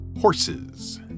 Horses